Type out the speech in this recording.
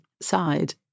side